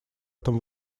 этом